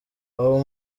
ubu